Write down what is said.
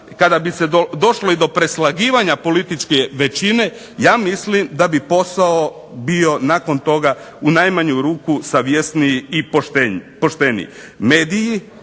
kada bi se došlo do preslagivanja političke većine, ja mislim da bi posao bio nakon toga u najmanju ruku savjesniji i pošteniji. Mediji,